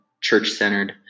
church-centered